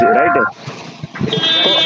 right